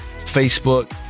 Facebook